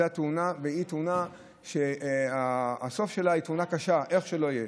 זו תאונה שהסוף שלה הוא תאונה קשה, איך שלא יהיה,